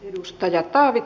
edustaja kahvit